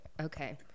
okay